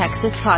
Texas